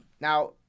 now